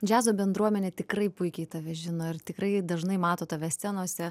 džiazo bendruomenė tikrai puikiai tave žino ir tikrai dažnai mato tave scenose